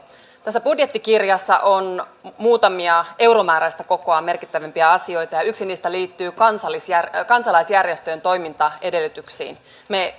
tässä budjettikirjassa on muutamia euromääräistä kokoaan merkittävämpiä asioita ja yksi niistä liittyy kansalaisjärjestöjen toimintaedellytyksiin me